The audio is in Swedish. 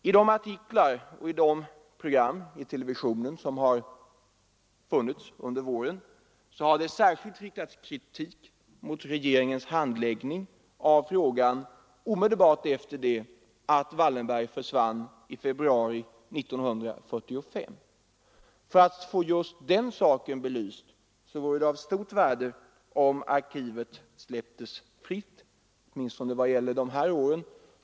I de artiklar som skrivits och i de TV-program som sänts under våren har det särskilt riktats kritik mot regeringens handläggning av frågan omedelbart efter det att Wallenberg försvann i februari 1945. För att få just den saken belyst vore det av stort värde om arkivet släpptes fritt, åtminstone vad gäller de åren.